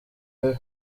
mibi